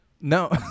No